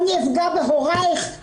אני אפגע בהוריך,